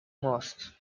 most